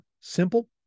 Simple